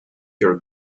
your